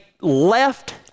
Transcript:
left